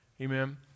Amen